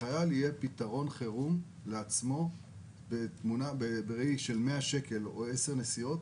שלחייל יהיה פתרון חירום לעצמו בשווי של 100 שקלים או 10 נסיעות.